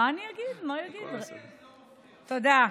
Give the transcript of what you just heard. תודה,